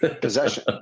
possession